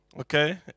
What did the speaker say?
okay